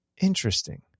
Interesting